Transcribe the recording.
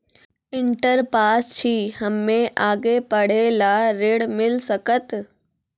Inter pass छी हम्मे आगे पढ़े ला ऋण मिल सकत?